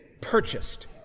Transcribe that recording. purchased